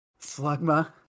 Slugma